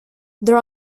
there